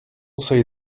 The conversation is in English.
say